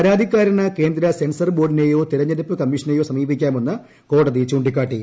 പരാതിക്കാരാന് കേന്ദ്ര സെൻസർ ബോർഡിനെയോ തെരഞ്ഞെടുപ്പ് കമ്മീഷനെയോ സമീപിക്കാമെന്ന് കോടതി ചൂ ിക്കാട്ടി